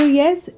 yes